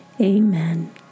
Amen